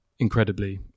incredibly